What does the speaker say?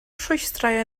rhwystrau